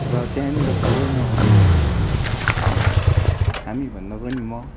र त्यहाँनिर फोहोर नहोस् भनेर चाहिँ हामी हामी भन्दा पनि म